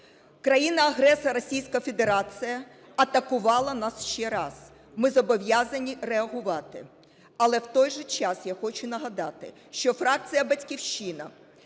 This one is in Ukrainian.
Країна-агресор Російська Федерація атакувала нас ще раз. Ми зобов'язані реагувати. Але в той же час, я хочу нагадати, що фракція "Батьківщина"